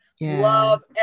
Love